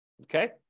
Okay